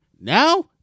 Now